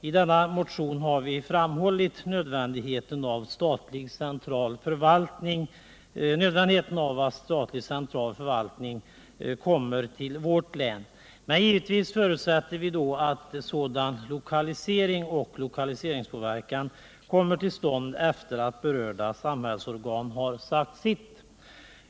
I den motionen har vi framhållit nödvändigheten av att statlig central förvaltning förläggs till vårt län. Men givetvis förutsätter vi då att sådan lokalisering och lokaliseringspåverkan kommer till stånd efter att berörda samhällsorgan har sagt sitt.